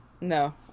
no